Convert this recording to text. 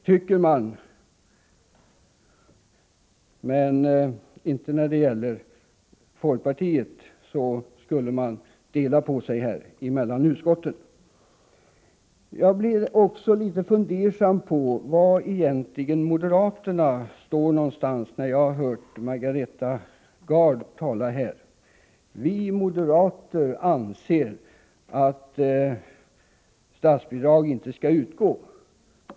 Folkpartiet ändrade uppfattning mellan behandlingarna i de båda utskotten. Jag blir också litet fundersam över var moderaterna står när jag här hör Margareta Gard tala. Vi moderater anser att statsbidrag inte skall utgå, säger Margareta Gard.